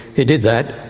he did that,